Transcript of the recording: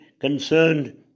concerned